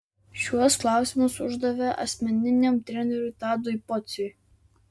šiuos klausimus uždavė asmeniniam treneriui tadui pociui